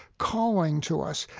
calling to us.